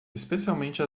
especialmente